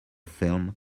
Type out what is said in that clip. film